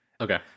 Okay